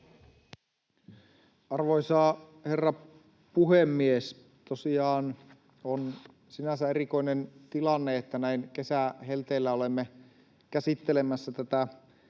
Arvoisa herra puhemies! Tosiaan on sinänsä erikoinen tilanne, että näin kesähelteillä olemme käsittelemässä tätä